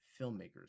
filmmakers